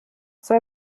zwei